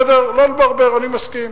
בסדר, לא לברבר, אני מסכים.